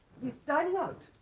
he's dining out.